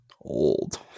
old